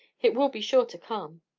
it will be sure to come.